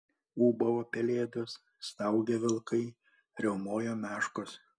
ūbavo pelėdos staugė vilkai riaumojo meškos